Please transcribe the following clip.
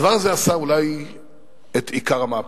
הדבר עשה אולי את עיקר המהפכה.